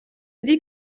dit